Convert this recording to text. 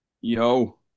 Yo